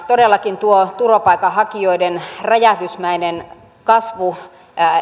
todellakin tuo turvapaikanhakijoiden räjähdysmäinen kasvu